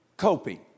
coping